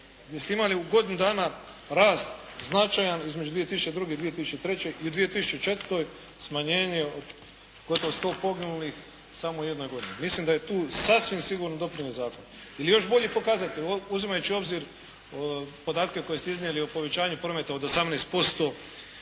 ste imali u godinu dana rast značajan između 2002. i 2003. i 2004. smanjenje od gotovo 100 poginulih samo u jednoj godini. Mislim da je tu sasvim sigurno doprinio zakon. Ili još bolji pokazatelj, uzimajući u obzir podatke koje ste iznijeli o povećanju prometa od 18%